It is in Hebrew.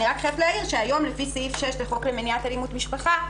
אני רק חייבת להעיר שהיום לפי סעיף 6 לחוק למניעת אלימות במשפחה,